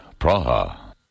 Praha